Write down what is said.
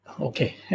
Okay